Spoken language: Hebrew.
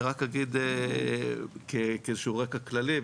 אני רק אגיד כאיזשהו רקע כללי,